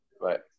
Right